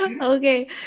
Okay